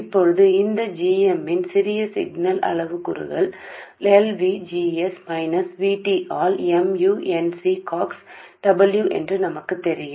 ఇప్పుడు ఈ Gm యొక్క చిన్న సిగ్నల్ పారామితులను కలిగి ఉంది అది LVGS మైనస్ V T ద్వారా mu n C ox w అని నాకు తెలుసు